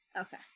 okay